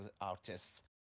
artists